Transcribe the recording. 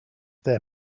their